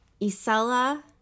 Isella